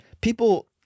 People